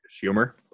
humor